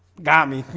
gommi